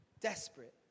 Desperate